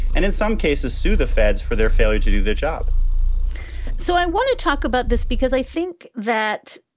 and in some cases, sue the feds for their failure to do the job so i want to talk about this, because i think that.